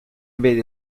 vede